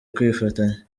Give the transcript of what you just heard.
kwifatanya